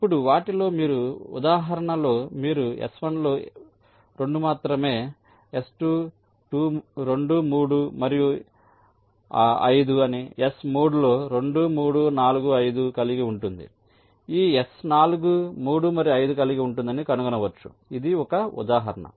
ఇప్పుడు వాటిలో మీరు ఉదాహరణలోమీరు S1 లో 2 మాత్రమే S2 2 3 మరియు 5 అని S3 2 3 4 5 కలిగి ఉంటుందని ఈ S4 3 మరియు 5 కలిగి ఉంటుందని కనుగొనవచ్చు ఇది ఒక ఉదాహరణ